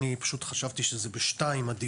אני פשוט חשבתי שהדיון בשתיים.